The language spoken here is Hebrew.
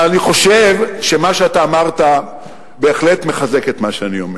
אבל אני חושב שמה שאתה אמרת בהחלט מחזק את מה שאני אומר.